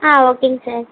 ஆ ஓகேங்க சார்